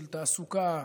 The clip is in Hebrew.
של תעסוקה,